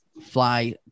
fly